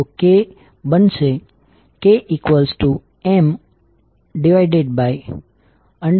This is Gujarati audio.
તો k બનશે kML1L22